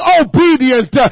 obedient